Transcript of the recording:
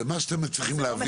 במה שאתם מצליחים להעביר